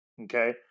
Okay